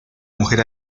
mujer